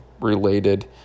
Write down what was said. related